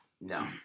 No